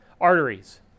arteries